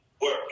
work